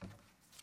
אני מבקשת